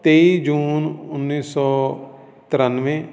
ਤੇਈ ਜੂਨ ਉੱਨੀ ਸੌ ਤ੍ਰਿਆਨਵੇਂ